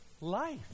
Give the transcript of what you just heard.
life